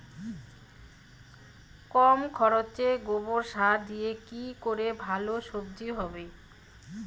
কম খরচে গোবর সার দিয়ে কি করে ভালো সবজি হবে?